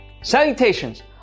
Salutations